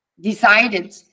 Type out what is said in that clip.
decided